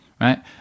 right